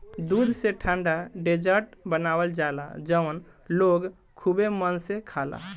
दूध से ठंडा डेजर्ट बनावल जाला जवन लोग खुबे मन से खाला